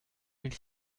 mille